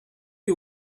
you